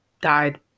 died